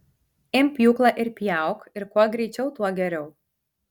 imk pjūklą ir pjauk ir kuo greičiau tuo geriau